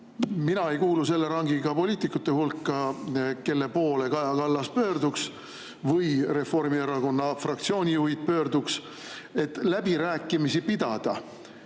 Mina ei kuulu selle rankiga poliitikute hulka, kelle poole Kaja Kallas pöörduks või Reformierakonna fraktsiooni juhid pöörduks, et läbirääkimisi pidada